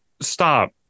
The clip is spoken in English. stop